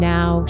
Now